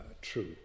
true